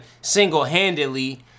single-handedly –